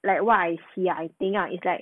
like what I see ah I think ah it's like